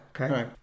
okay